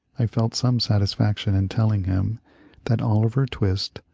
i felt some satisfaction in telling him that oliver twist,